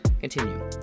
continue